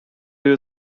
you